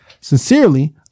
Sincerely